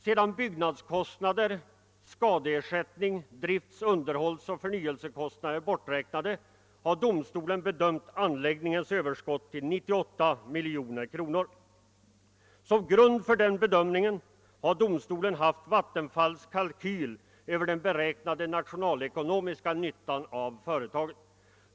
Sedan byggnadskostnader, skadeersättningar, drift-, underhållsoch = förnyelsekostnader borträknats har domstolen bedömt anläggningarnas överskott till 98 miljoner kronor. Som grund för den bedömningen har domstolen haft Vattenfalls kalkyl över den beräknade nationalekonomiska nyttan av företaget.